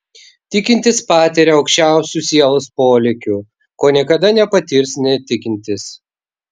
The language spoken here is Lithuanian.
tikintis patiria aukščiausių sielos polėkių ko niekada nepatirs netikintis